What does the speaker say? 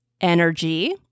energy